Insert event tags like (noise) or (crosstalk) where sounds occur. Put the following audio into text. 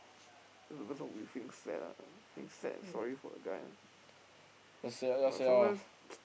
then the person would feeling sad ah feeling sad and sorry for the guy ah but sometimes (noise)